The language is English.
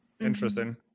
interesting